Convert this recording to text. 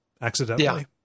accidentally